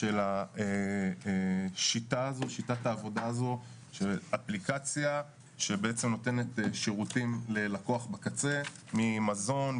שיטת העבודה הזו שהיא אפליקציה שנותנת שירותים ללקוח בקצה ממזון,